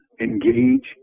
engage